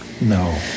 No